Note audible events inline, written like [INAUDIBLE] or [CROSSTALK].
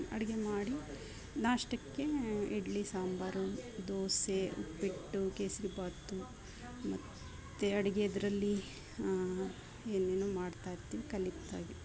ಅಡಿಗೆ ಮಾಡಿ ನಾಷ್ಟಕ್ಕೆ ಇಡ್ಲಿ ಸಾಂಬಾರು ದೋಸೆ ಉಪ್ಪಿಟ್ಟು ಕೇಸರಿಬಾತು ಮತ್ತೆ ಅಡಿಗೇದರಲ್ಲಿ ಏನೇನೊ ಮಾಡ್ತಾಯಿರ್ತೀನಿ ಕಲಿತಾ [UNINTELLIGIBLE]